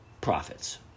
profits